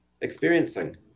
experiencing